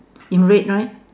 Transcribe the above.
in red right